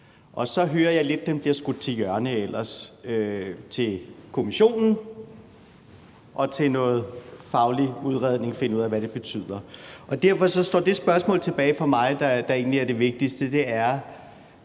Og så hører jeg lidt, at det bliver skudt til hjørne – til Kommissionen og til noget faglig udredning for at finde ud af, hvad det betyder. Derfor står det spørgsmål tilbage for mig, der egentlig er det vigtigste: Har